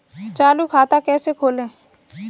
चालू खाता कैसे खोलें?